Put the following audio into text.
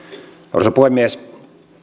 arvoisa puhemies